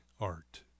art